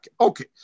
okay